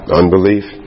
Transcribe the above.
unbelief